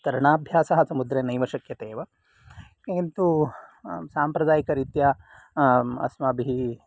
तरणाभ्यासः समुद्रे नैव शक्यते एव किन्तु साम्प्रदायिकरीत्या अस्माभिः